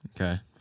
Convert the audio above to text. Okay